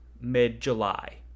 Mid-July